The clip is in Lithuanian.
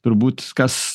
turbūt kas